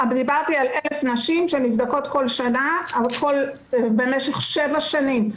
דיברתי על 1,000 נשים שנבדקות כל נשים במשך שבע שנים,